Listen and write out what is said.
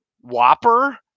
whopper